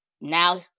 now